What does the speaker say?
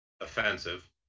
offensive